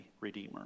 redeemer